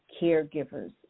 caregivers